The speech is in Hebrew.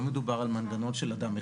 מותר להגיד מה שרוצים,